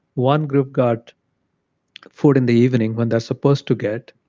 one group got food in the evening when they're supposed to get.